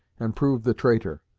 and prove the traitor,